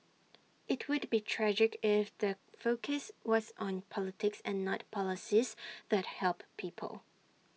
IT would be tragic if the focus was on politics and not policies that help people